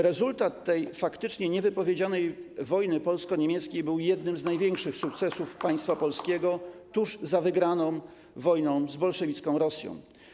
Rezultat tej faktycznie niewypowiedzianej wojny polsko-niemieckiej był jednym z największych sukcesów państwa polskiego, tuż za wygraną wojną z bolszewicką Rosją.